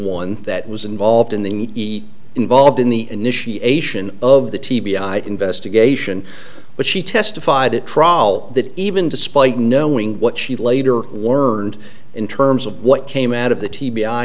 one that was involved in the involved in the initiation of the t b i investigation but she testified at trial that even despite knowing what she later learned in terms of what came out of the t